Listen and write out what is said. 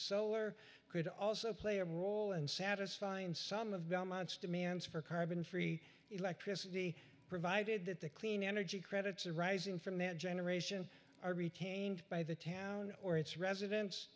solar could also play a role in satisfying some of belmont's demands for carbon free electricity provided that the clean energy credits arising from that generation are retained by the town or its residen